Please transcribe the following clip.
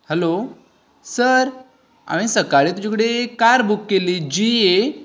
hello sir हांवेन सकाळीं तुजे कडेन एक कार बुक केली जी ए